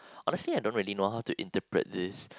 honestly I don't really know how to interpret this